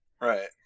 right